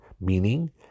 Meaning